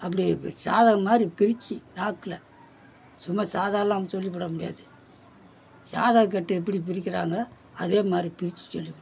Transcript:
அப்படி இப்போ சாதகம் மாதிரி பிரித்து நாக்கில் சும்மா சாதாவெல்லாம் சொல்லிவிட முடியாது சாதகக்கட்டு எப்படி பிரிக்கிறாங்களோ அதே மாதிரி பிரித்து சொல்லிவிடும்